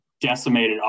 decimated